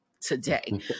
today